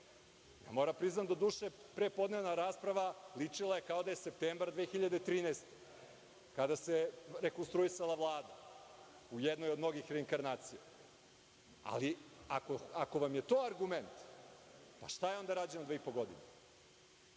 da priznam da je prepodnevna rasprava ličila kao da je septembar 2013. godine, kada se rekonstruisala Vlada, u jednoj od mnogih reinkarnacija. Ali, ako vam je to argument, pa šta je onda rađeno dve i po godine?